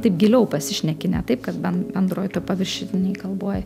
taip giliau pasišneki ne taip kad ben bendroj toj paviršinėj kalboj